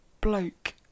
bloke